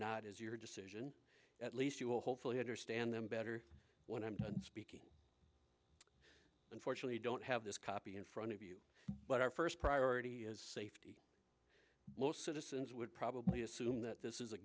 not is your decision at least you will hopefully understand them better when i'm speaking and fortunately don't have this copy in front of you but our first priority is safety most citizens would probably assume that this is a